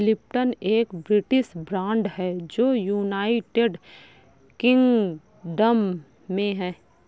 Lipton एक British brand है जो यूनाइटेड किंगडम में है